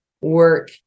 work